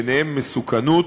וביניהם מסוכנות,